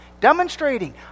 Demonstrating